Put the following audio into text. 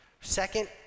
second